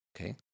Okay